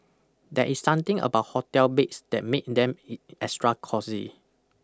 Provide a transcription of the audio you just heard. there is something about hotel beds that make them extra cosy